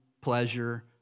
pleasure